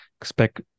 Expect